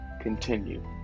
continue